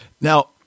Now